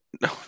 No